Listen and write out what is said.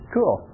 Cool